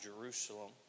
Jerusalem